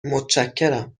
متشکرم